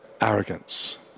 arrogance